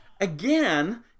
again